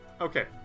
Okay